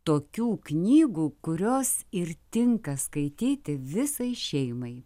tokių knygų kurios ir tinka skaityti visai šeimai